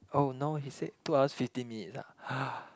oh no he said two hours fifteen minutes ah